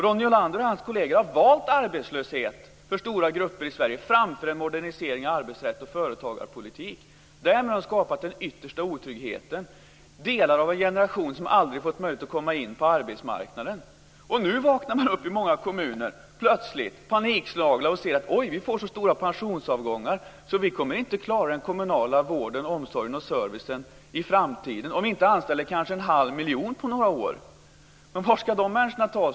Ronny Olander och hans kolleger har valt arbetslöshet för stora grupper i Sverige framför en modernisering av arbetsrätt och företagarpolitik. Därmed har de skapat den yttersta otryggheten. Delar av en generation har aldrig fått möjlighet att komma in på arbetsmarknaden. Nu vaknar man plötsligt upp panikslagna i många kommuner och ser att de kommer att få så stora pensionsavgångar att de inte kommer att klara av den kommunala vården, omsorgen och servicen i framtiden om de inte anställer en halv miljon på några år. Men var ska de människorna tas?